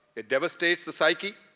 it devastates the psyche,